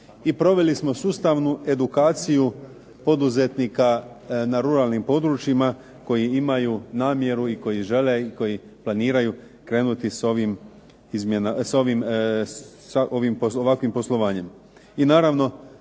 i proveli smo sustavnu edukaciju poduzetnika na ruralnim područjima koji imaju namjeru i koji žele i koji planiraju krenuti sa ovakvim poslovanjem.